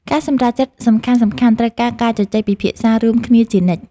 ការសម្រេចចិត្តសំខាន់ៗត្រូវការការជជែកពិភាក្សារួមគ្នាជានិច្ច។